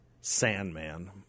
Sandman